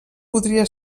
podria